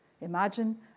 Imagine